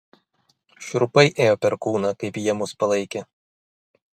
šiurpai ėjo per kūną kaip jie mus palaikė